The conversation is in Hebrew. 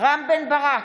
רם בן ברק,